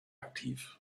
aktiv